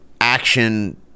action